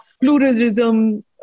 pluralism